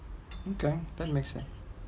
okay that make sense